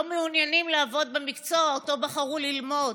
מעוניינים לעבוד במקצוע שאותו בחרו ללמוד,